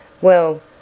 Well